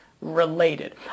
related